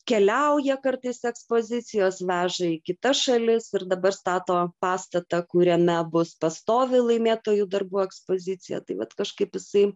keliauja kartais ekspozicijos veža į kita šalis ir dabar stato pastatą kuriame bus pastovi laimėtojų darbų ekspozicija tai vat kažkaip jisai